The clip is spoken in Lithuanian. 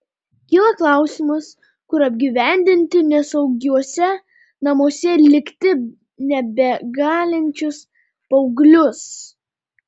kyla klausimas kur apgyvendinti nesaugiuose namuose likti nebegalinčius paauglius